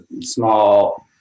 small